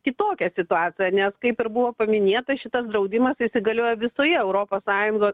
kitokią situaciją nes kaip ir buvo paminėta šitas draudimas įsigalioja visoje europos sąjungos